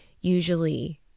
usually